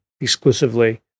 exclusively